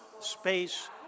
space